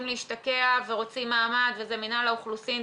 להשתקע ורוצים מעמד וזה מינהל האוכלוסין,